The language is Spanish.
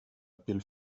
piel